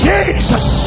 Jesus